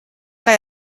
kaj